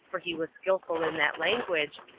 for he was skillful in that language,